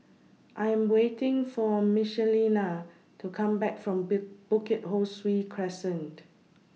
I Am waiting For Michelina to Come Back from B Bukit Ho Swee Crescent